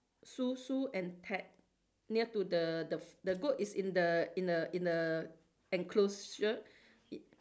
Sue Sue and Ted near to the the goat is in the in a in a enclosure